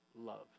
love